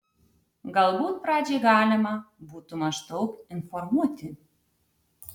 galbūt pradžiai galima būtų maždaug informuoti